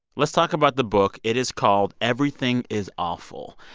let's talk about the book. it is called everything is awful.